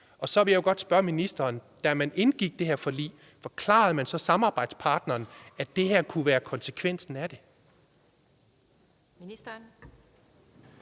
Så vil jeg jo godt spørge ministeren: Da man indgik det her forlig, forklarede man så samarbejdspartneren, at det her kunne være konsekvensen af det?